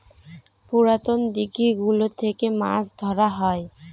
পুরাতন দিঘি গুলো থেকে মাছ ধরা হয়